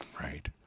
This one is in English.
right